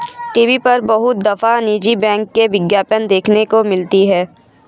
TV पर बहुत दफा निजी बैंक के विज्ञापन देखने को मिलते हैं